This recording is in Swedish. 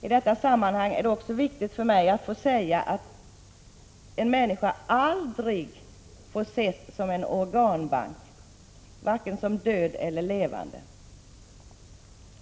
I detta sammanhang är det också viktigt för mig att få säga att en människa aldrig får ses som en organbank, vare sig som död eller som levande.